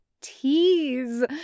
tease